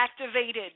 activated